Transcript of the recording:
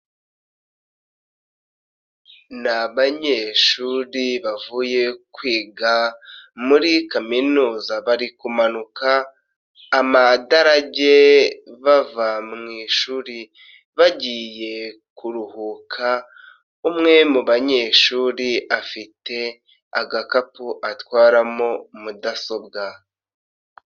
Ni abanyeshuri bavuye kwiga muri kaminuza bari kumanuka amadarage bava mu ishuri bagiye kuruhuka, umwe mu banyeshuri afite agakapu atwaramo mudasobwa.